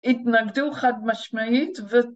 התנגדו חד משמעית ו..